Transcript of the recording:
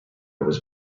was